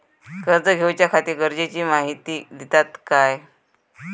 कर्ज घेऊच्याखाती गरजेची माहिती दितात काय?